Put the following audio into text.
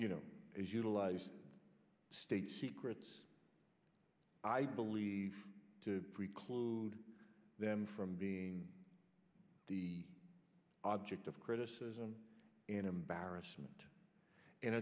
you know as utilize state secrets i believe to preclude them from being the object of criticism and embarrassment and